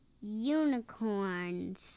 unicorns